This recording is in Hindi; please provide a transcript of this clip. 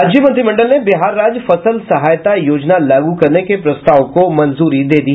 राज्य मंत्रिमंडल ने बिहार राज्य फसल सहायता योजना लागू करने के प्रस्ताव को मंजूरी दे दी